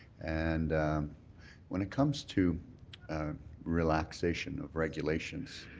and when it comes to relaxation of regulations,